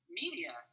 media